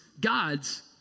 God's